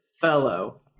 fellow